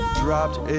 dropped